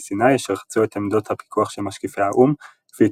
סיני אשר חצו את עמדות הפיקוח של משקיפי האו"ם והתמקמו